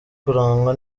kurangwa